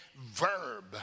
verb